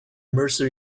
mercer